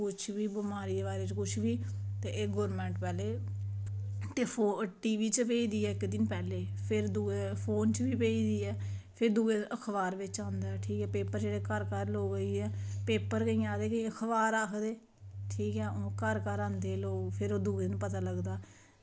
कुछ बी बमारी दे बारै च कुछ बी ते एह् गौरमेंट आह्ले ते टीवी च भेजदी ऐ इक्क दिन पैह्लें फ्ही दूऐ दिन फोन च बी भेजदी ऐ फिर दूऐ दिन अखबार च आंदा ऐ ते पेपर इयै जेह्के लोग घर घर पेपर केईं आक्खदे अखबार आक्खदे ते ओह् घर घर आंदे ते फ्ही दूऐ दिन पता लगदा